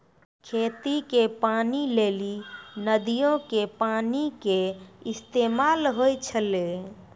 खेती के पानी लेली नदीयो के पानी के इस्तेमाल होय छलै